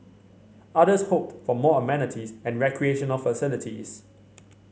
others hoped for more amenities and recreational facilities